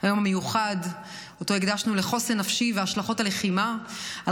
היום המיוחד שאותו הקדשנו לחוסן נפשי והשלכות הלחימה על